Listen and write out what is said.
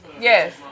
yes